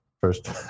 first